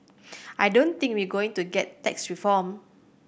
I don't think we going to get tax reform